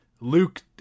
Luke